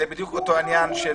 זה בדיוק כמו חברי